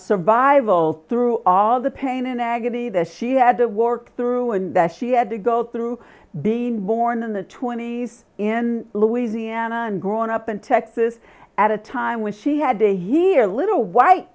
survival through all the pain and agony that she had to work through and that she had to go through being born in the twenty's in louisiana and growing up in texas at a time when she had a here little white